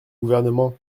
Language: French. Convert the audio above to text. gouvernement